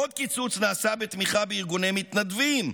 עוד קיצוץ נעשה בתמיכה בארגוני מתנדבים,